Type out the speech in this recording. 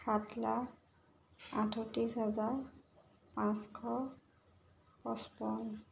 সাত লাখ আঠত্ৰিছ হাজাৰ পাঁচশ পঁচপন্ন